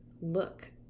look